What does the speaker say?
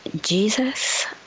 Jesus